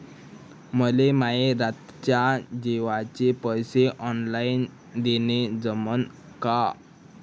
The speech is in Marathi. मले माये रातच्या जेवाचे पैसे ऑनलाईन देणं जमन का?